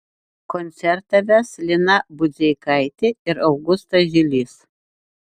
koncertą ves lina budzeikaitė ir augustas žilys